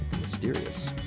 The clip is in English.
mysterious